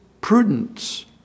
prudence